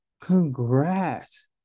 Congrats